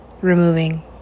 Removing